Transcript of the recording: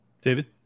David